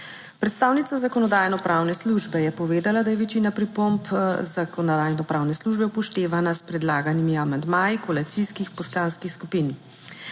Predstavnica Zakonodajno-pravne službe je povedala, da je večina pripomb Zakonodajno-pravne službe upoštevana s predlaganimi amandmaji koalicijskih poslanskih skupin.